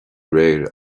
réir